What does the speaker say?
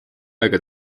aega